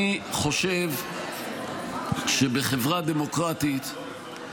אני חושב שבחברה דמוקרטית,